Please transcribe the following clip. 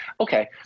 Okay